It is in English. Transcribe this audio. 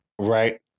right